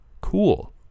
Cool